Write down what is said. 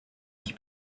qui